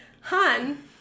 Hun